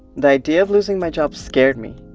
the idea of losing my job scared me,